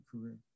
career